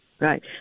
Right